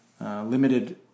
limited